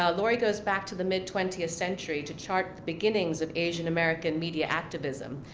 ah lori goes back to the mid twentieth century to chart the beginnings of asian american media activism,